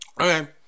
okay